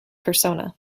persona